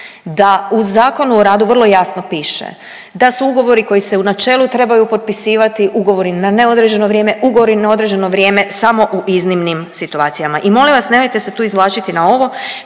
da u ZOR-u vrlo jasno piše da su ugovori koji se u načelu trebaju potpisivati, ugovori na neodređeno vrijeme, ugovori na određeno vrijeme samo u iznimnim situacijama i molim vas, nemojte se tu izvlačiti na ovo